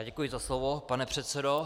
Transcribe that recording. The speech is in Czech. Děkuji za slovo, pane předsedo.